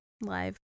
live